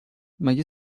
مگه